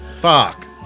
Fuck